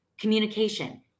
communication